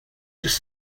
just